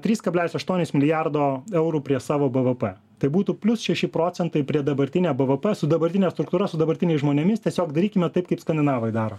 tris kablelis aštuonis milijardo eurų prie savo bvp tai būtų plius šeši procentai prie dabartinio bvp su dabartine struktūra su dabartiniais žmonėmis tiesiog darykime taip kaip skandinavai daro